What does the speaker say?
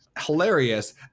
hilarious